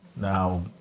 Now